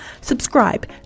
Subscribe